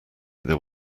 there